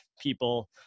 people